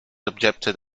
objected